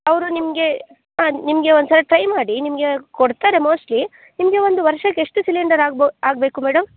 ಅವರು ನಿಮಗೆ ಆಂ ನಿಮಗೆ ಒಂದು ಸಲ ಟ್ರೈ ಮಾಡಿ ನಿಮಗೆ ಕೊಡ್ತಾರೆ ಮೋಸ್ಟ್ಲಿ ನಿಮಗೆ ಒಂದು ವರ್ಷಕ್ಕೆ ಎಷ್ಟು ಸಿಲಿಂಡರ್ ಆಗ್ಬೋ ಆಗಬೇಕು ಮೇಡಮ್